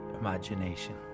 imagination